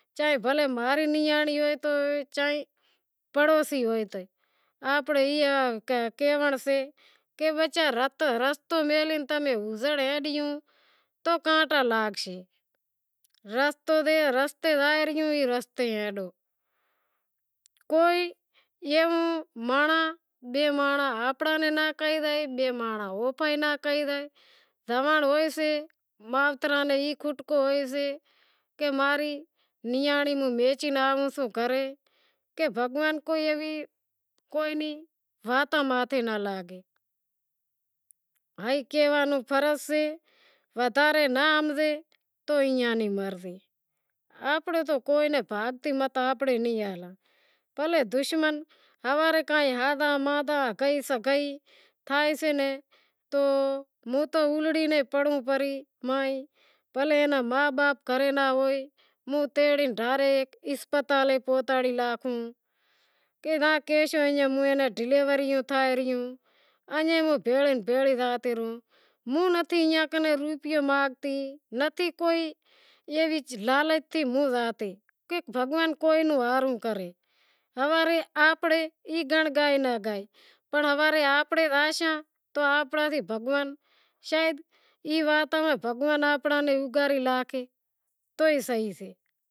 چاں بھلیں ماں ری نیانڑی ہوئے چاں پڑوسی ہوئے آنپڑے ای کہونڑ سے کہ بچا کہ تمیں رستو میلہے زنڑ ہیلوں تو کانٹا لاگشیں رستو زائے ریوں رستے ہالو، کوئی ایوا مانڑاں بئے مانڑاں آنپڑاں ناں کہی زائیں بئے مانڑاں اوپہئی ناں کہی زائیں زوانڑ ہوئیسیں مائتراں ناں ای کھٹکو ہوئیسے کہ ماں ری نیانڑی میچی ناں آئیسے گھراں کہ بھگواں کرے ای کائیں نی واتاں ماتھے ناں لاگے کہوا نو فرض سے باقی ای ناں ہمزے تو ایئاں نی مرضی، آپنڑو تو بھلیں دشمن تو ہوں تو الڑی ناں پڑوں پرہی بھلیں ما باپ گھرے ناں ہوئے تو موں نتھی ایئاں کنیں روپیو مانگتی کہ بھگوان کوئی ناں ہاروں کرے پنڑ ہوارے آنپڑے زائیساں کہ ای وات میں بھگواں آپاں نی اوگاڑی ناکھی تو ئی سہی